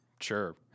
sure